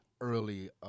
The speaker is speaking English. early